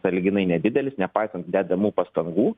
sąlyginai nedidelis nepaisant dedamų pastangų